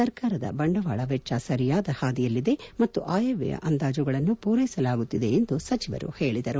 ಸರ್ಕಾರದ ಬಂಡವಾಳ ವೆಚ್ಚ ಸರಿಯಾದ ಹಾದಿಯಲ್ಲಿದೆ ಮತ್ತು ಆಯವ್ಯಯ ಅಂದಾಜುಗಳನ್ನು ಪೂರೈಸಲಾಗುವುದು ಎಂದು ಸಚಿವರು ಹೇಳಿದರು